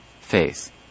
faith